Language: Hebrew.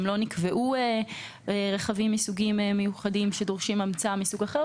וגם לא נקבעו רכבים מסוגים מיוחדים שדורשים המצאה מסוג אחר.